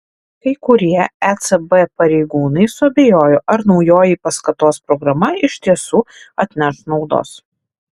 kai kurie ecb pareigūnai suabejojo ar naujoji paskatos programa iš tiesų atneš naudos